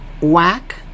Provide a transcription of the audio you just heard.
whack